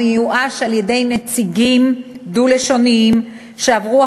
המאויש על-ידי נציגים דו-לשוניים שעברו